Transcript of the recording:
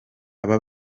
aba